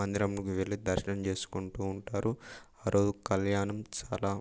మందిరంకి వెళ్ళి దర్శనం చేసుకుంటూ ఉంటారు ఆరోజు కళ్యాణం చాలా